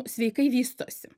sveikai vystosi